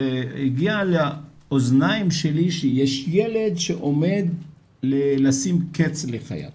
הגיע לאוזניים שלי שיש ילד שעומד לשים קץ לחייו